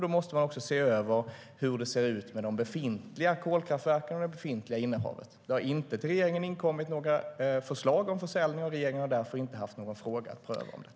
Då måste man också se över hur det ser ut med det befintliga kolkraftverken och det befintliga innehavet. Till regeringen har inte inkommit några förslag om försäljning, och regeringen har därför inte haft någon fråga om detta att pröva.